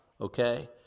okay